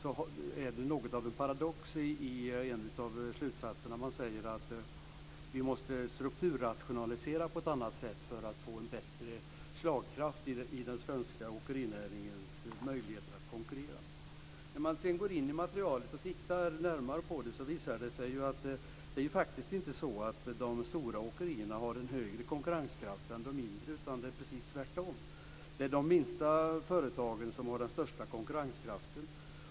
En av slutsatserna är något av en paradox, nämligen att det ska vara en annan strukturrationalisering för att få bättre slagkraft i den svenska åkerinäringens möjligheter att konkurrera. Vid en närmare titt i materialet visar det sig att de stora åkerierna inte har en högre konkurrenskraft än de mindre utan att det är precis tvärtom. De minsta företagen har den största konkurrenskraften.